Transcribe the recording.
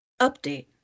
Update